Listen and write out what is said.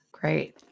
Great